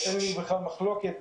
אין לי בכלל מחלוקת.